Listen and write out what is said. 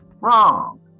wrong